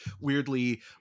weirdly